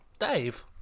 Dave